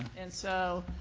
and so